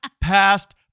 past